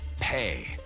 pay